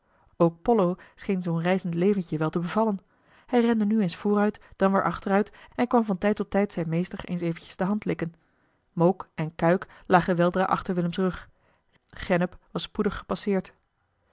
pollo scheen zoo'n reizend leventje wel te bevallen hij rende nu eens vooruit dan weer achteruit en kwam van tijd tot tijd zijn meester eens eventjes de hand likken mook en kuik lagen weldra achter willems rug gennep was spoedig gepasseerd